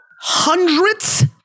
Hundreds